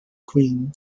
queen